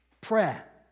Prayer